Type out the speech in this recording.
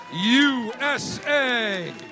USA